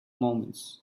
moments